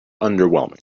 underwhelming